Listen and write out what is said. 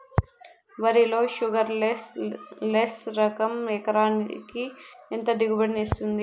వరి లో sugarless less రకం ఎకరాకి ఎంత దిగుబడినిస్తుంది